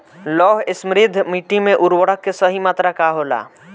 लौह समृद्ध मिट्टी में उर्वरक के सही मात्रा का होला?